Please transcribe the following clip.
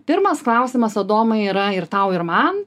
pirmas klausimas adomai yra ir tau ir man